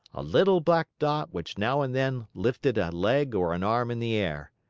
a little black dot which now and then lifted a leg or an arm in the air.